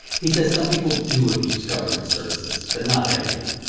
he says some people do abuse government services, but not everyone.